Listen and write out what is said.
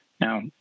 Now